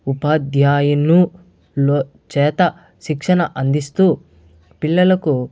ఉపాధ్యాయునుల చేత శిక్షణ అందిస్తూ పిల్లలకు